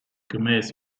gemäß